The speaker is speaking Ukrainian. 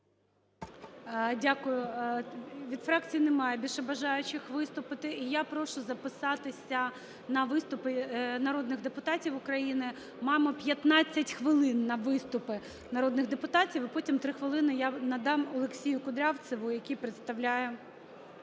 Дякую. Від фракцій немає більше бажаючих виступити. І я прошу записатися на виступи народних депутатів України. Маємо 15 хвилин на виступи народних депутатів, і потім 3 хвилини я надам Олексію Кудрявцеву, який представляє